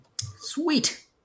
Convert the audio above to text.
sweet